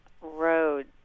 road